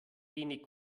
wenig